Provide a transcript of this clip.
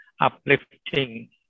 uplifting